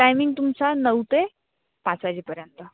timing तुमचा नऊ ते पाच वाजेपर्यंत